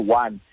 one